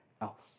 else